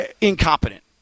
incompetent